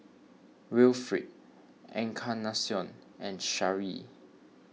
Wilfrid Encarnacion and Sharee